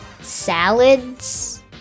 Salads